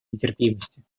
нетерпимости